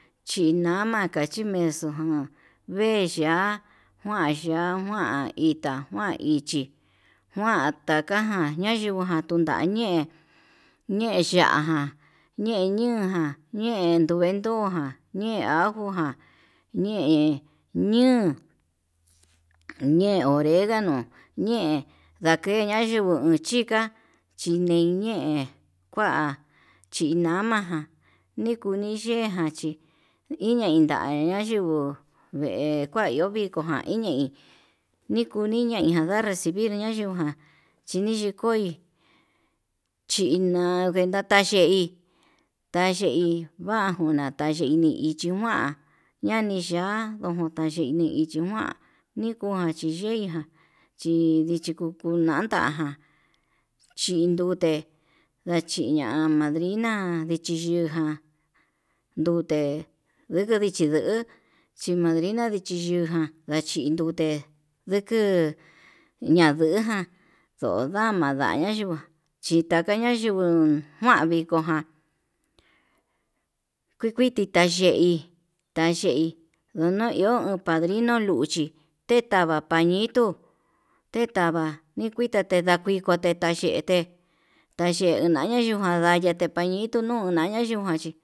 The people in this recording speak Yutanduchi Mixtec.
Chinama kaxi mexuu ján veya'a kuanya'á kuan itá kuan ichi kuan takaján nayinguu najun ndañe ñe'e ya'á ján, ñeñijan ñee kuendo ján ñee ajo jan ñee ñuu ñee oregano dakeña ndigo yuchíka chiniñe, ñee kua chiñamaján nikuni yaa ján chí iña'a inyangua na yinguo vee kua iho viko ján iin ñei nikuni yein jan nda'a recibir ña'a yuján, chiniyikoi china kuendata ye'í ta yei vaguna tayeini ichi nguan yaniya kojuta ini ichí, nua nikuan chi yeiján ndi ndichi kunan nantaján, chindute nachiya madrina ndichi yuján ndute nduku ndichi duu chí madrina ndichi yuján dachin ndute ndukuu ñanduján no'o dama'a ñana yuu chitaakaña yuun njuan viko ján ku kuii yita yei, ndayei ndono iho padrino luchii tetava pañito tetava nikuita tedakui ko'o teta yete tayee nananuján nda'a ndayete pachito nuu ndadayujan chí.